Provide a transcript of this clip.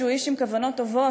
שגם הוא איש עם כוונות טובות,